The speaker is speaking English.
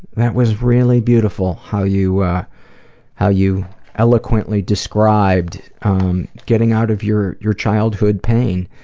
that was really beautiful how you how you eloquently described getting out of your your childhood pain,